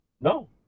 No